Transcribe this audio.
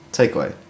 takeaway